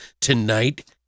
tonight